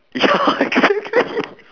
ya exactly